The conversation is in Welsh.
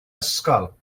ysgol